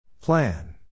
Plan